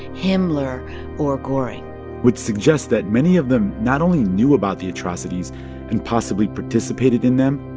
himmler or goring which suggests that many of them not only knew about the atrocities and possibly participated in them,